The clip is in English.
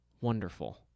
Wonderful